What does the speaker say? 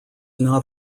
not